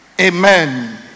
Amen